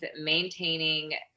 maintaining